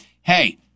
hey